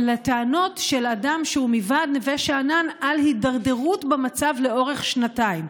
הטענות של אדם מוועד נווה שאנן על הידרדרות במצב לאורך שנתיים.